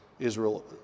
Israel